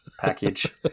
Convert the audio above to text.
package